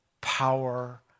power